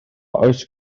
oes